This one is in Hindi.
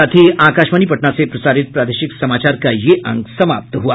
इसके साथ ही आकाशवाणी पटना से प्रसारित प्रादेशिक समाचार का ये अंक समाप्त हुआ